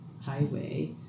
highway